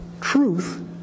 truth